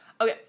Okay